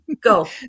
go